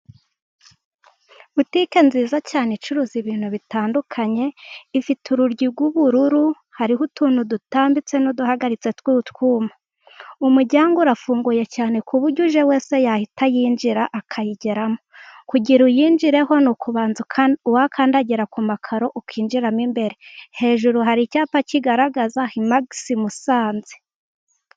Butike nziza cyane icuruza ibintu bitandukanye, ifite urugi rw'ubururu, hariho utuntu dutambitse n'uduhagaritse tw'utwuma. Umuryango urafunguye cyane, ku buryo uje wese yahita yinjira akayigeramo. Kugira ngo uyinjireho ni ukubanza ugakandagira ku makaro, ukinjiramo imbere. Hejuru hari icyapa kigaragaza Himagisi Musanze.